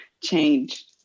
change